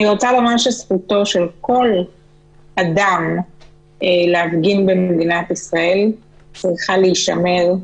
אני רוצה לומר שזכותו של כל אדם להפגין במדינת ישראל צריכה להישמר,